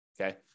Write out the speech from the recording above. okay